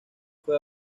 fue